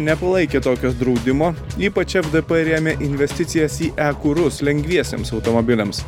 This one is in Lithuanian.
nepalaikė tokio draudimo ypač fdp rėmė investicijas į e kurus lengviesiems automobiliams